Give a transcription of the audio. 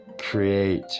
create